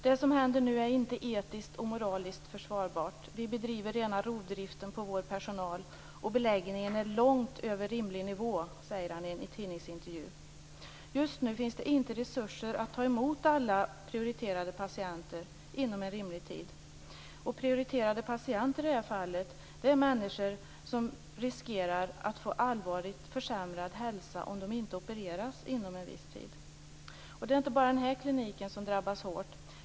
Det som händer nu är inte etiskt och moraliskt försvarbart. Vi bedriver rena rovdriften på vår personal, och beläggningen är långt över rimlig nivå, säger han i en tidningsintervju. Just nu finns det inte resurser att ta emot alla prioriterade patienter inom rimlig tid. Prioriterade patienter i det här fallet är människor som riskerar att få allvarligt försämrad hälsa om de inte opereras inom en viss tid. Det är inte bara den här kliniken som drabbas hårt.